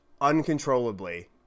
uncontrollably